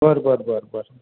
बरं बरं बरं बरं